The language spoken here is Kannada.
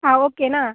ಹಾಂ ಓಕೆನಾ